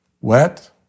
wet